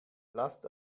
lasst